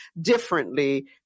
differently